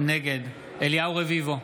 נגד אליהו רביבו,